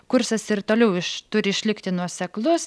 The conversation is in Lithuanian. kursas ir toliau iš turi išlikti nuoseklus